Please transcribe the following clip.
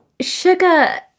sugar